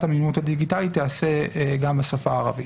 המיומנות הדיגיטלית תיעשה גם בשפה הערבית.